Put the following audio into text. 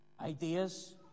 ideas